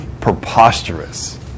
preposterous